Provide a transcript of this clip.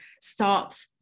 start